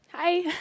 Hi